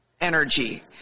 energy